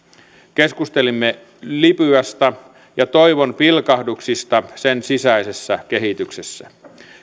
keskustelimme libyasta ja toivonpilkahduksista sen sisäisessä kehityksessä